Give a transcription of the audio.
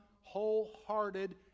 wholehearted